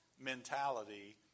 mentality